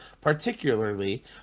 particularly